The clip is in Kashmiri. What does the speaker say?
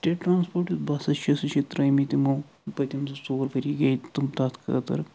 سِٹیٹ ٹرٛانسپورٹ بَسِز چھِ ترٛٲومٕتۍ یمو پٔتِم زٕ ژور ؤری گٔے تتھ خٲطرٕ